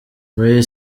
ray